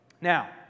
Now